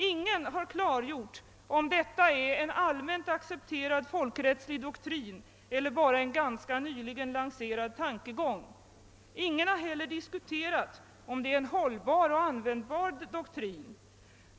Ingen har klargjort om detta är en allmänt accepterad folkrättslig doktrin eller bara en ganska nyligen lanserad tankegång. Ingen har heller diskuterat, om det är en hållbar och användbar doktrin.